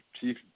chief